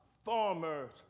Farmer's